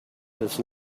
his